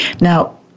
now